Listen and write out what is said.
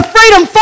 Freedom